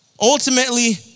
Ultimately